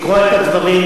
לקרוא את הדברים.